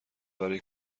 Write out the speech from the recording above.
برای